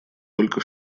только